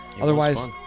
otherwise